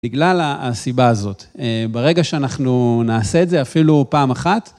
בגלל הסיבה הזאת. ברגע שאנחנו נעשה את זה, אפילו פעם אחת.